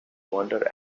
wander